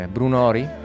Brunori